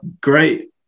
great